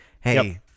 Hey